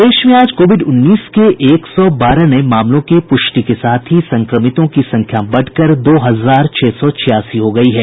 प्रदेश में आज कोविड उन्नीस के एक सौ बारह नये मामलों की पुष्टि के साथ ही संक्रमितों की संख्या बढ़कर दो हजार छह सौ छियासी हो गयी है